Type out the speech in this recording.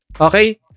Okay